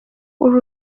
uru